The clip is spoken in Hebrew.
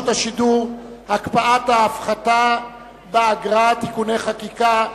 השידור (הקפאת ההפחתה באגרה) (תיקוני חקיקה).